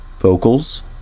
vocals